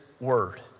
word